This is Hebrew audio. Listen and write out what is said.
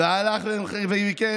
בבקשה.